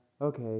okay